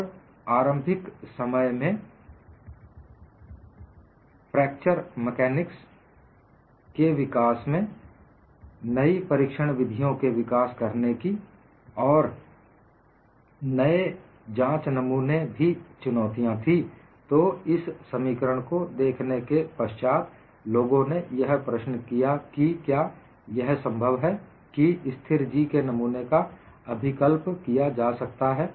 और प्रारंभिक समय में फ्रैक्चर मेकानिक्स के विकास में नई परीक्षण विधियों के विकास करने की और नए जांच नमूने भी चुनौतियां थी तो इस समीकरण को देखने के पश्चात लोगों ने यह प्रश्न किया कि क्या यह संभव है कि स्थिर G के नमूने का अभिकल्प किया जा सकता है